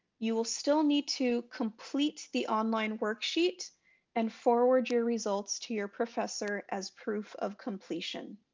you will still need to complete the online worksheet and forward your results to your professor as proof of completion.